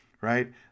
right